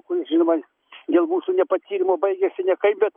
kuris žinoma dėl mūsų nepatyrimo baigėsi nekaip bet